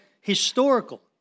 historical